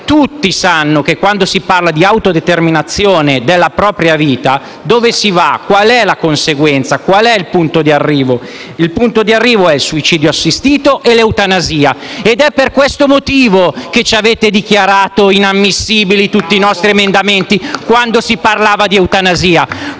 tutti sanno che quando si parla di autodeterminazione della propria vita, la direzione, la conseguenza, il punto di arrivo è il suicidio assistito e l'eutanasia ed è per questo motivo che avete dichiarato inammissibili tutti i nostri emendamenti quando si parlava di eutanasia.